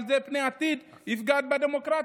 אבל זה בעתיד יפגע בדמוקרטיה,